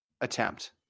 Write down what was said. attempt